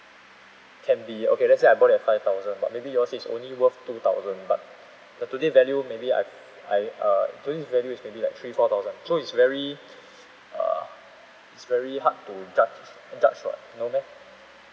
can be okay let's say I bought it at five thousand maybe yours is worth two thousand but the today's value maybe I've I uh today's value is maybe like three four thousand so it's very uh it's very hard to judge judge [what] no meh